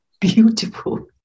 beautiful